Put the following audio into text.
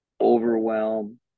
overwhelm